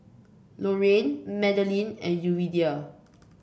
Lorayne Madalyn and Yuridia